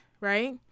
right